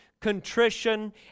contrition